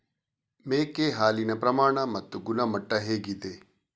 ಮೇಕೆ ಹಾಲಿನ ಪ್ರಮಾಣ ಮತ್ತು ಗುಣಮಟ್ಟ ಹೇಗಿದೆ?